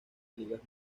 ligas